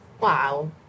Wow